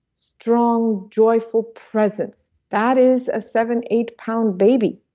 strong joyful presence. that is a seven, eight pound baby.